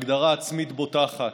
הגדרה עצמית בוטחת,